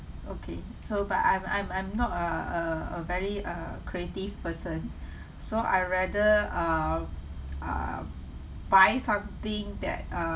okay so but I'm I'm I'm not a a a very uh creative person so I rather uh uh buy something that uh